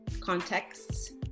contexts